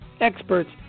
experts